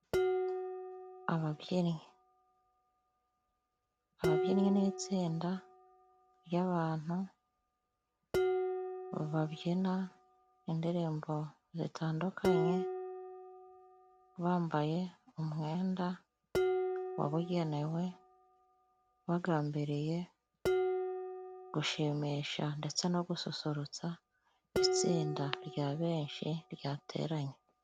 Ababyinnyi. Ababyinnyi ni itsinda ry'abantu babyina indirimbo zitandukanye, bambaye umwenda wabugenewe, bagambiriye gushimisha ndetse no gususurutsa itsinda rya benshi ryateranye.